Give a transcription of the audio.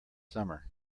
summer